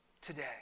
today